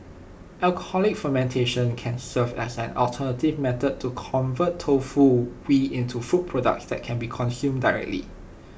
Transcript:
alcoholic fermentation can serve as an alternative method to convert tofu whey into food products that can be consumed directly